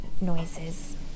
noises